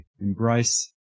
embrace